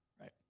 Right